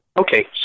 Okay